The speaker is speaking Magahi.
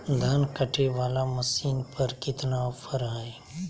धान कटे बाला मसीन पर कितना ऑफर हाय?